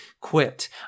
quit